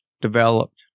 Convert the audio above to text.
developed